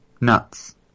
nuts